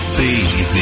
baby